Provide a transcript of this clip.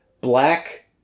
Black